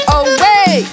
away